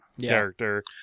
character